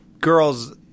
girls